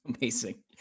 Amazing